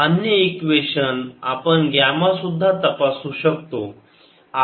अन्य इक्वेशन आपण ग्यामा सुद्धा तपासू शकतो